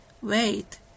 Wait